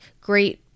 great